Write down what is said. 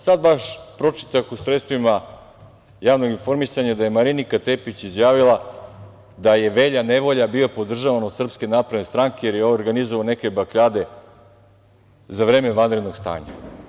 Sada baš pročitah u sredstvima javnog informisanja da je Marinika Tepić izjavila da je Velja Nevolja bio podržavan od SNS, jer je organizovao neke bakljade za vreme vanrednog stanja.